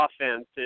offense